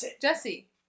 Jesse